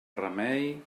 remei